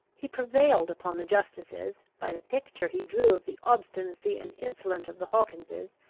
he prevailed upon the justices, by the picture he drew of the obstinacy and insolence of the hawkinses,